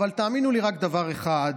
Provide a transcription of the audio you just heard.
אבל תאמינו לי רק דבר אחד,